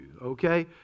okay